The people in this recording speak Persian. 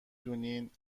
دونین